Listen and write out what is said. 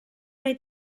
nei